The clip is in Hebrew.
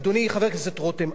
אדוני חבר הכנסת רותם,